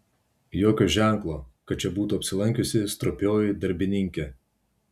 jokio ženklo kad čia būtų apsilankiusi stropioji darbininkė